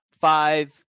five